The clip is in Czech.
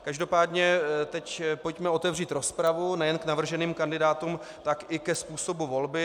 Každopádně teď pojďme otevřít rozpravu nejen k navrženým kandidátům, ale i ke způsobu volby.